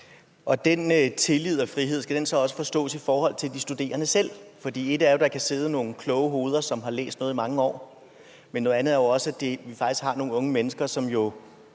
den tillid og frihed også forstås som gældende for de studerende selv. For ét er, at der kan sidde nogle kloge hoveder, som har læst noget i mange år. Men noget andet er jo, at vi faktisk har nogle unge mennesker, som nok